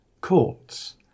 courts